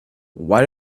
why